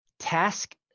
task